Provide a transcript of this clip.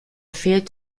fehlt